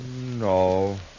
No